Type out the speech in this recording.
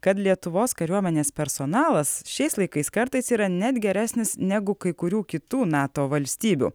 kad lietuvos kariuomenės personalas šiais laikais kartais yra net geresnis negu kai kurių kitų nato valstybių